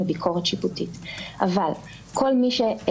חשוב ככל שיהיה,